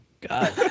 God